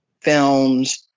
films